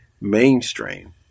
mainstream